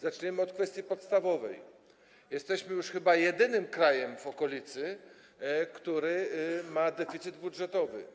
Zaczniemy od kwestii podstawowej: jesteśmy już chyba jedynym krajem w okolicy, który ma deficyt budżetowy.